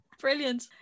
brilliant